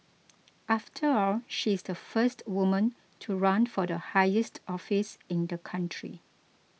after all she's the first woman to run for the highest office in the country